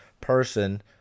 person